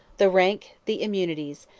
the rank, the immunities,